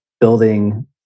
building